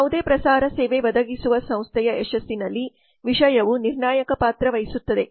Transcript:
ಯಾವುದೇ ಪ್ರಸಾರ ಸೇವೆ ಒದಗಿಸುವ ಸಂಸ್ಥೆಯ ಯಶಸ್ಸಿನಲ್ಲಿ ವಿಷಯವು ನಿರ್ಣಾಯಕ ಪಾತ್ರ ವಹಿಸುತ್ತದೆ